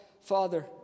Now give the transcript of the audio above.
Father